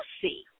see